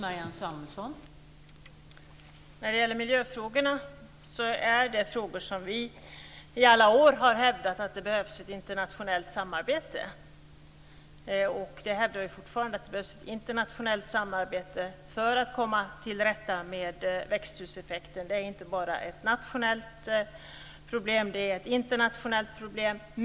Fru talman! Vi har i alla år hävdat att det behövs ett internationellt samarbete om miljöfrågorna. Vi hävdar fortfarande att det behövs ett internationellt samarbete för att komma till rätta med växthuseffekten. Det är inte bara ett nationellt problem. Det är ett internationellt problem.